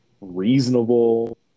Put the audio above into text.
reasonable